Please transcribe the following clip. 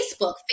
Facebook